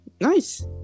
Nice